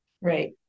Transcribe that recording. Right